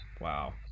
Wow